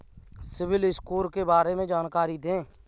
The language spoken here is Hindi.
सिबिल स्कोर के बारे में जानकारी दें?